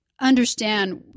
understand